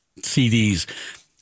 CDs